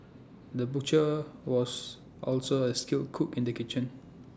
the butcher was also A skilled cook in the kitchen